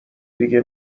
دیگه